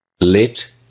Let